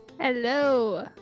hello